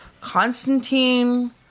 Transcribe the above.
Constantine